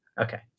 Okay